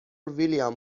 ویلیام